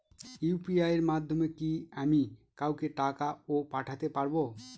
UPI এর মাধ্যমে কি আমি কাউকে টাকা ও পাঠাতে পারবো?